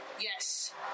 Yes